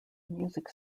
music